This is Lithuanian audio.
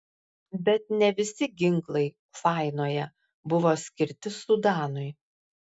bet ne visi ginklai fainoje buvo skirti sudanui